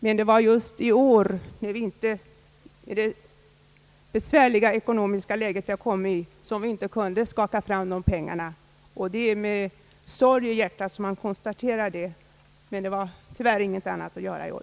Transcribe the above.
Men det var just i år, med det besvärliga läge som vi kommit i, som vi inte kunde skaka fram pengarna. Det är med sorg i hjärtat som vi konstaterar det, men det var tyvärr ingenting annat att göra i år.